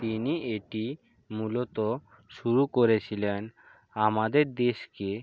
তিনি এটি মূলত শুরু করেছিলেন আমাদের দেশকে